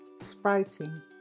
sprouting